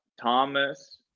Thomas